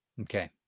Okay